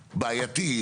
בעייתי,